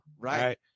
right